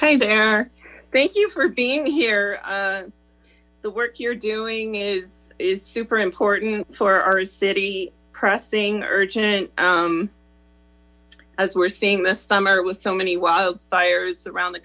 hi there thank you for being here the work you're doing is is super important for our city pressing urgent as we're seeing this summer with so many fires around the